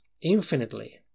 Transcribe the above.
infinitely